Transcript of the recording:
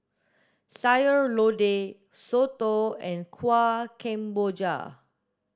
sayur lodeh soto and kuih kemboja